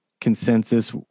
consensus